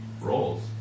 roles